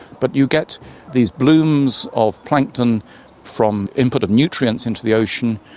but you get these blooms of plankton from input of nutrients into the ocean,